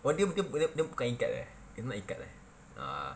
oh dia dia dia bukan ikat eh it's not ikat eh oh